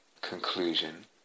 conclusion